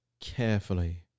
carefully